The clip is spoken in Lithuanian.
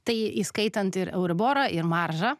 tai įskaitant ir euriborą ir maržą